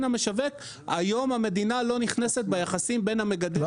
היום המדינה לא נכנסת ביחסים בין המגדלים למשווק.